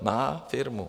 Má firmu.